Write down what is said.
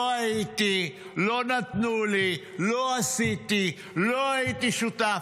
לא הייתי, לא נתנו, לי, לא עשיתי, לא הייתי שותף.